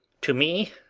to me,